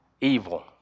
Evil